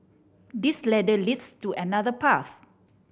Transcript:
this ladder leads to another path